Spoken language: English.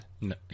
No